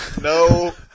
No